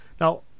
Now